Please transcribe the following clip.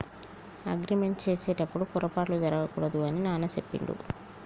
agreement చేసేటప్పుడు పొరపాట్లు జరగకూడదు అని నాన్న చెప్పిండు